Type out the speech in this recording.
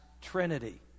Trinity